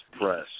press